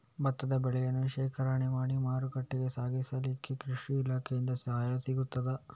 ಭತ್ತದ ಬೆಳೆಯನ್ನು ಶೇಖರಣೆ ಮಾಡಿ ಮಾರುಕಟ್ಟೆಗೆ ಸಾಗಿಸಲಿಕ್ಕೆ ಕೃಷಿ ಇಲಾಖೆಯಿಂದ ಸಹಾಯ ಸಿಗುತ್ತದಾ?